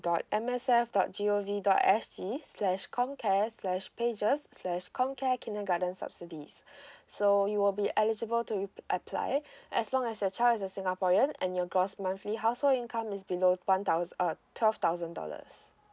dot M S F dot G O V dot S G slash comcare slash pages slash comcare kindergarten subsidies so you'll be eligible to apply as long as your child is a singaporean and your gross monthly household income is below one thou~ uh twelve thousand dollars